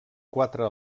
quatre